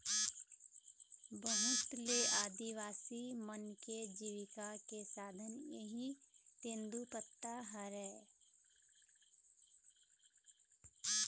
बहुत ले आदिवासी मन के जिविका के साधन इहीं तेंदूपत्ता हरय